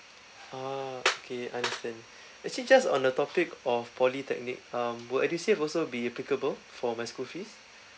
ah okay understand actually just on the topic of polytechnic um will edusave also be applicable for my school fees